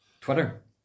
Twitter